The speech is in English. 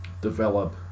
develop